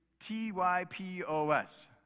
T-Y-P-O-S